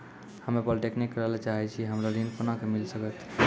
हम्मे पॉलीटेक्निक करे ला चाहे छी हमरा ऋण कोना के मिल सकत?